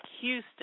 Houston